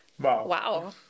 wow